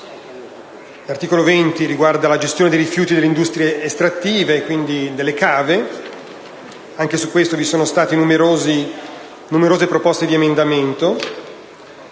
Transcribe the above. L'artico 20 riguarda la gestione dei rifiuti delle industrie estrattive, quindi delle cave. Anche su questo sono state avanzate numerose proposte di emendamento.